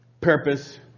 purpose